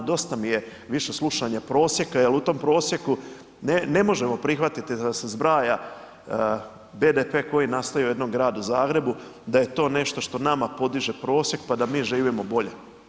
Dosta mi je više slušanja prosjeka jel u tom prosjeku ne možemo prihvatiti da se zbraja BDP koji nastaje u jednom gradu Zagrebu, da je to nešto što nama podiže prosjek pa da mi živimo bolje.